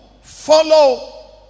follow